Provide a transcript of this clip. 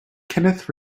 kenneth